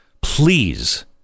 please